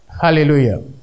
Hallelujah